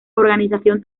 organización